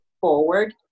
forward